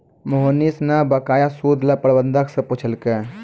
मोहनीश न बकाया सूद ल प्रबंधक स पूछलकै